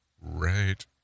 right